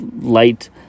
light